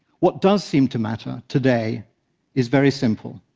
what does seem to matter today is very simple,